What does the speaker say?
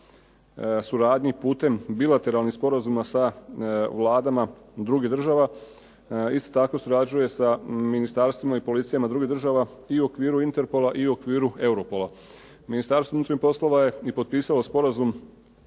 suradnji putem bilateralnih sporazuma sa vladama drugih država isto tako surađuje sa ministarstvima i policijama drugih država i u okviru Interpola i u okviru Europola. Ministarstvo unutarnjih poslova je i potpisalo sporazum